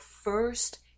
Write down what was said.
first